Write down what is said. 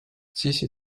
siiski